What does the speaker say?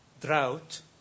drought